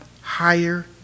higher